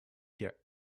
their